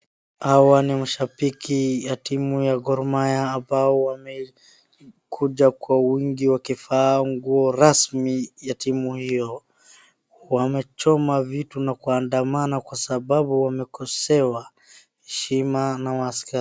Hawa ni mashambiki ya timu ya Gor mahia ambao wamekuja kwa wingi wakivaa nguo rasmi ya timu hiyo. Wamechoma vitu na kuandamana kwa sababu wamekosewa heshima na waaskari.